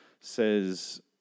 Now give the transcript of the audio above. says